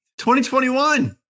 2021